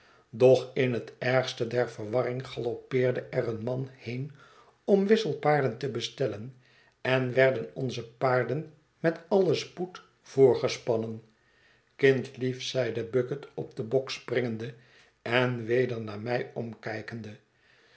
doch in het ergste der verwarring galoppeerde er een man heen om wisselpanrden te bestellen en werden onze paarden met allen spoed voorgespannen kindlief zeide bucket op den bok springende en weder naar mij omkijkende